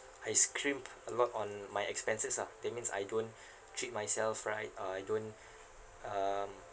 I scrimped a lot on my expenses ah that means I don't treat myself right uh I don't um